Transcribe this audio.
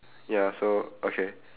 ya so okay